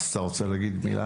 אז אתה רוצה להגיד מילה?